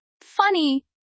Funny